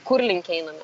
kur link einame